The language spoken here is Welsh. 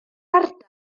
ardal